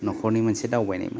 न'खरनि मोनसे दावबायनायमोन